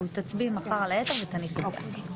תצביעי מחר על היתר ותניחי ביחד.